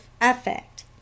effect